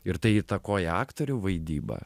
ir tai įtakoja aktorių vaidybą